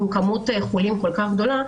עם כמות חולים כל כך גדולה,